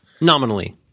Nominally